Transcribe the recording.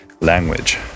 language